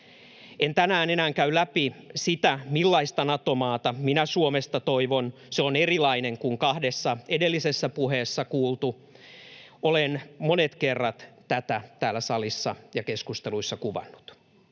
En tänään enää käy läpi sitä, millaista Nato-maata minä Suomesta toivon. Se on erilainen kuin kahdessa edellisessä puheessa kuultu, olen monet kerrat tätä täällä salissa ja keskusteluissa kuvannut.